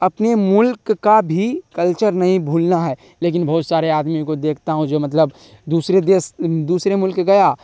اپنے ملک کا بھی کلچر نہیں بھولنا ہے لیکن بہت سارے آدمی کو دیکھتا ہوں جو مطلب دوسرے دیش دوسرے ملک گیا